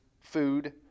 food